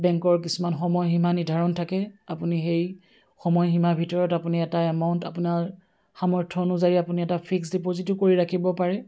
বেংকৰ কিছুমান সময়সীমা নিৰ্ধাৰণ থাকে আপুনি সেই সময়সীমাৰ ভিতৰত আপুনি এটা এমাউণ্ট আপোনাৰ সামৰ্থ অনুযায়ী আপুনি এটা ফিক্স ডিপ'জিটো কৰি ৰাখিব পাৰে